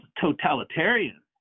totalitarian